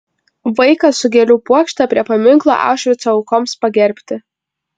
vaikas su gėlių puokšte prie paminklo aušvico aukoms pagerbti